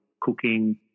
cooking